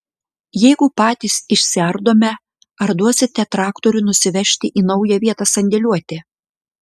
jeigu patys išsiardome ar duosite traktorių nusivežti į naują vietą sandėliuoti